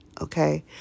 Okay